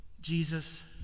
Jesus